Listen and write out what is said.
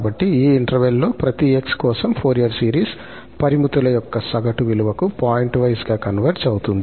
కాబట్టి ఈ ఇంటర్వెల్ లోప్రతి 𝑥 కోసం ఫోరియర్ సిరీస్ పరిమితుల యొక్క సగటు విలువకు పాయింట్వైస్గా కన్వర్జ్ అవుతుంది